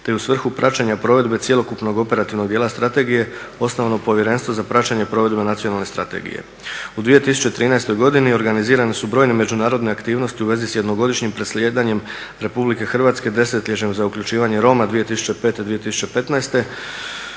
te u svrhu praćenja provedbe cjelokupnog operativnog dijela strategije osnovano Povjerenstvo za praćenje provedbe nacionalne strategije. U 2013. godini organizirane su brojne međunarodne aktivnosti u vezi s jednogodišnjim … RH … za uključivanje Roma 2005. – 2015. koje